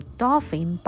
dolphin